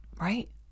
Right